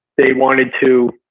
they wanted to